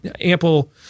ample